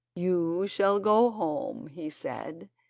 you shall go home he said,